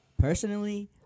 personally